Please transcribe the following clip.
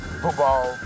football